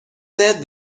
said